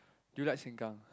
do you like sengkang